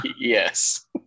Yes